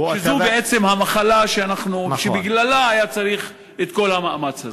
שזו בעצם המחלה שבגללה היה צריך את כל המאמץ הזה?